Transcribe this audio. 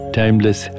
timeless